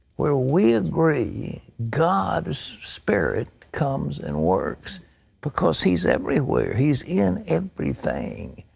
where we agree, god's spirit comes and works because he is everywhere. he is in everything.